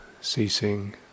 ceasing